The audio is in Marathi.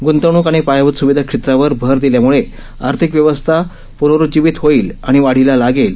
ग्रंतवणूक आणि पायाभूत स्विधा क्षेत्रावर भर दिल्याम्ळे आर्थिक व्यवस्था प्नरुज्जीवित होईल आणि वाढीला लागेल